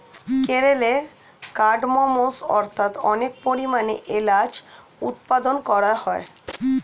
কেরলে কার্ডমমস্ অর্থাৎ অনেক পরিমাণে এলাচ উৎপাদন করা হয়